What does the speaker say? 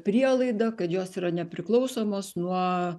prielaida kad jos yra nepriklausomos nuo